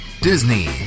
Disney